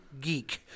geek